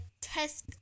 test